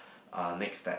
uh next step